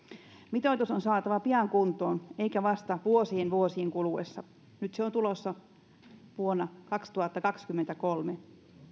mitoitus on saatava pian kuntoon eikä vasta vuosien vuosien kuluessa nyt se on tulossa vuonna kaksituhattakaksikymmentäkolme